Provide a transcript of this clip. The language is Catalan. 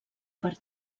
per